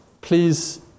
please